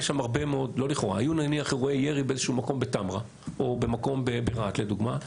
היו נניח אירועי ירי בטמרה או ברהט לדוגמה,